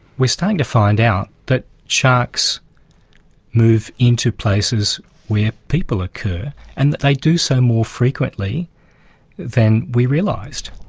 were starting to find out that sharks move into places where people occur and that they do so more frequently than we realised.